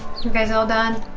you guys all done?